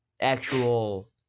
actual